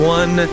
one